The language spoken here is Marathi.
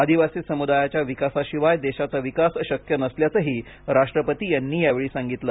आदिवासी समुदायाच्या विकासाशिवाय देशाचा विकास शक्य नसल्याचंही राष्ट्रपती यांनी यावेळी सांगितलं